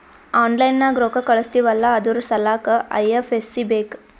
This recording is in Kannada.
ಆನ್ಲೈನ್ ನಾಗ್ ರೊಕ್ಕಾ ಕಳುಸ್ತಿವ್ ಅಲ್ಲಾ ಅದುರ್ ಸಲ್ಲಾಕ್ ಐ.ಎಫ್.ಎಸ್.ಸಿ ಬೇಕ್